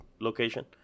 location